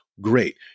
Great